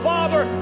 Father